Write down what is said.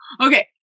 Okay